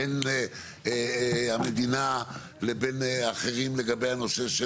בין המדינה לבין אחרים לגבי הנושא של